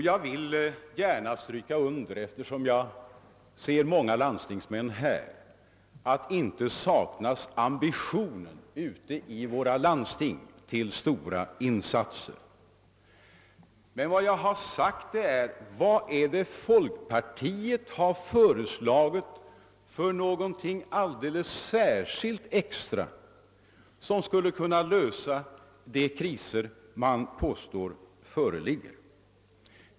Jag vill gärna understryka, eftersom jag ser många landstingsmän här i kammaren, att ambitionen att göra stora insatser inte saknas i våra landsting. Jag har emellertid frågat vad folkpartiet föreslagit som är så alldeles särskilt bra och som skulle kunna lösa de kriser som påstås föreligga.